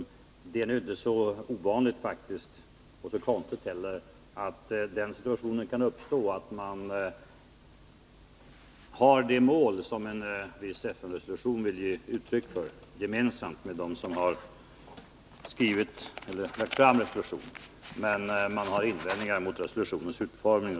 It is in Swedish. Det är faktiskt inte så ovanligt — och det är inte heller så konstigt att den situationen kan uppstå — att man har det mål som en viss FN-resolution vill ge uttryck för gemensamt med den som har lagt fram resolutionen men har invändningar mot resolutionens utformning.